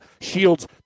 Shields